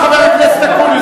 מה קרה, חבר הכנסת אקוניס?